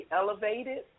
elevated